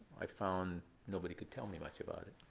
i found nobody could tell me much about it.